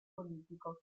politico